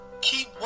keep